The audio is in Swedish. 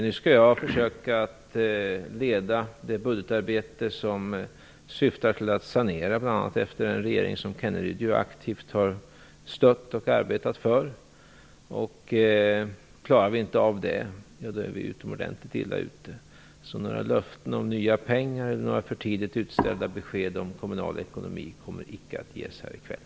Nu skall jag försöka leda det budgetarbete som syftar till att sanera bl.a. efter en regering som Rolf Kenneryd aktivt har stött och arbetat för. Klarar vi inte av det, då är vi utomordentligt illa ute. Några löften om nya pengar eller några för tidigt utställda besked om kommunal ekonomi kommer alltså icke att ges här i kväll.